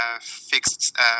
fixed